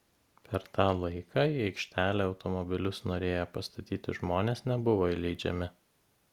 per tą laiką į aikštelę automobilius norėję pastatyti žmonės nebuvo įleidžiami